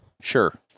Sure